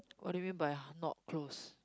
what do you mean by not close